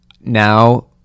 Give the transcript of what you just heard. now